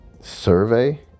survey